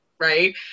right